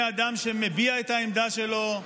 מאדם שמביע את העמדה שלו,